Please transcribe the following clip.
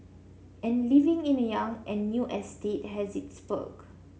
and living in a young and new estate has its perk